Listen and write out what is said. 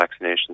vaccinations